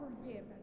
forgiven